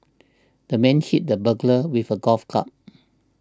the man hit the burglar with a golf club